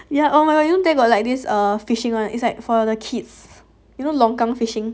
yeah oh my god you know they got like this fishing one it's like for the kids you know longkang fishing